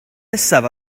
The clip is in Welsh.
nesaf